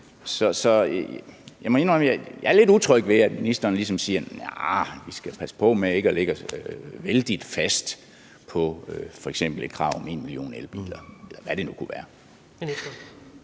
jeg er lidt utryg ved, at ministeren ligesom siger: Vi skal passe på med ikke at lægge os vældig meget fast f.eks. på et krav om 1 million elbiler